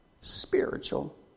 spiritual